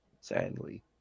Sadly